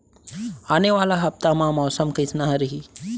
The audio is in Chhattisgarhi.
आने वाला हफ्ता मा मौसम कइसना रही?